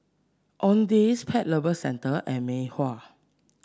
Owndays Pet Lovers Centre and Mei Hua